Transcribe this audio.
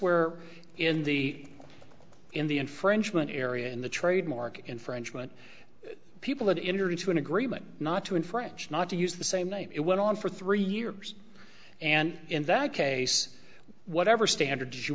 where in the in the infringement area in the trademark infringement people had entered into an agreement not to in french not to use the same name it went on for three years and in that case whatever standard you